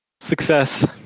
Success